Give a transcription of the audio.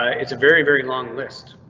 ah it's a very, very long list.